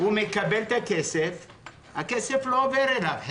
הוא זוכה בכסף אבל הכסף לא עובר אליו.